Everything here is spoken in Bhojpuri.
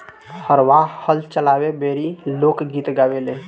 हरवाह हल चलावे बेरी लोक गीत गावेले